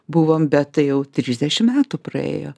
buvom bet tai jau trisdešim metų praėjo